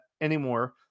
anymore